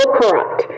corrupt